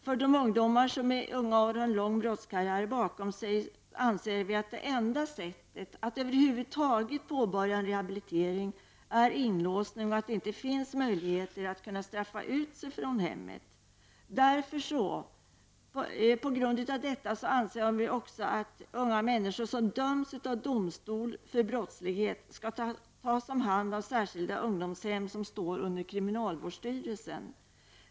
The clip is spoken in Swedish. Enda sättet att över huvud taget kunna påbörja en rehabilitering av de ungdomar som i unga år har en lång brottskarriär bakom sig är inlåsning och att det inte finns möjligheter att straffa sig ut från hemmet. Därför anser vi också att unga människor som döms av domstol för brottslighet skall tas om hand av särskilda ungdomshem som står under kriminalvårdsstyrelsen.